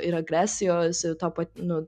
ir agresijos to pat nu